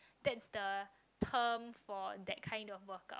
that's the term for that kind of workout